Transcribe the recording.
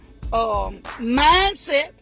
mindset